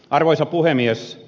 arvoisa puhemies